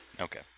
Okay